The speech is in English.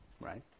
right